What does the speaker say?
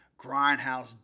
grindhouse